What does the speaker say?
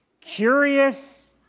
curious